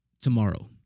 tomorrow